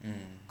mm